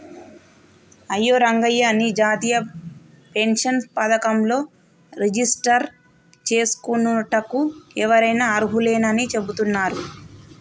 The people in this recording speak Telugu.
అయ్యో రంగయ్య నీ జాతీయ పెన్షన్ పథకంలో రిజిస్టర్ చేసుకోనుటకు ఎవరైనా అర్హులేనని చెబుతున్నారు